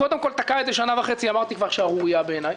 קודם כל תקע את זה שנה וחצי אמרתי כבר שזו שערורייה בעיניי,